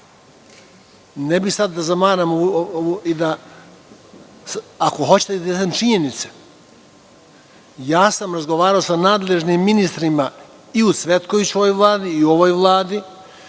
Ne bih sada da zamaram, ali ako hoćete da iznesem činjenice, ja sam razgovarao sa nadležnim ministrima i u Cvetkovićevoj Vladi i u ovoj Vladi,